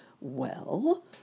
Well